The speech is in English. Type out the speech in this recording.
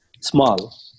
small